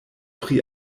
pri